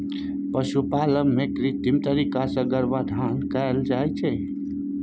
पशुपालन मे कृत्रिम तरीका सँ गर्भाधान कराएल जाइ छै